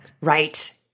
Right